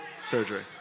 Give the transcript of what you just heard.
surgery